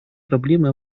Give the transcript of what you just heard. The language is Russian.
проблемы